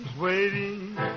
Waiting